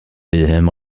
wilhelm